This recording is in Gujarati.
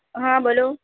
હાં બોલો